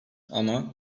ama